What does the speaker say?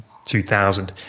2000